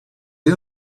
you